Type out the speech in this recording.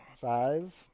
Five